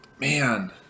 Man